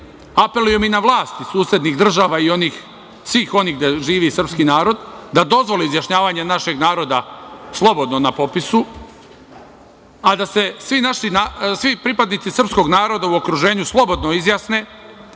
apelujem i na vlast iz susednih država i svih onih gde živi srpski narod da dozvoli izjašnjavanje našeg naroda slobodno na popisu, a da se svi pripadnici srpskog naroda u okruženju slobodno izjasne,